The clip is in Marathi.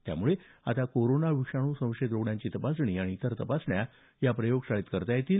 त्यामुळे आता कोरोना विषाणू संशयित रुग्णाची तपासणी आणि इतर तपासण्या या प्रयोगशाळेत करता येतील